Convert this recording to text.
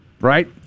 right